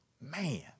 Man